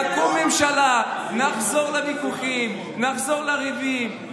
תקום ממשלה, נחזור לוויכוחים, נחזור לריבים.